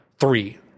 three